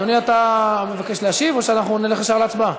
אדוני, אתה מבקש להשיב או שנלך ישר להצבעה?